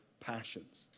passions